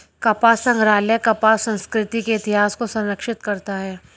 कपास संग्रहालय कपास संस्कृति के इतिहास को संरक्षित करता है